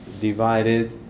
divided